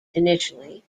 initially